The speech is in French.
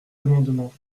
amendement